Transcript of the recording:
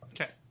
Okay